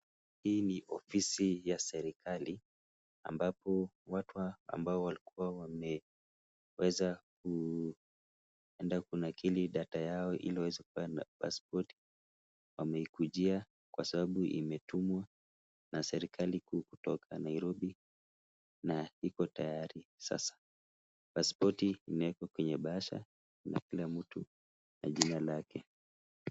Hii ni ofisi ya serikali ambapo watu ambao walikuwa wameweza kwenda kunakili data yao ili waweze kuwa na paspoti, wameikujia kwa sababu imetumwa na serikali kutoka Nairobi, na iko tayari sasa. paspoti imewekwa kwenye bahasha na kila mtu kwa jina lake.